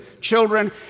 children